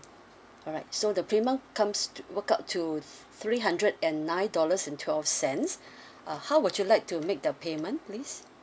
alright so the premium comes to work out to three hundred and nine dollars and twelve cents uh how would you like to make the payment please